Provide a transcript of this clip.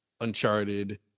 Uncharted